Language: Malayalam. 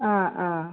അ അ